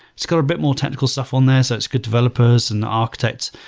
it's got a bit more technical stuff on there, so it's good developers and architects.